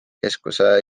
keskuse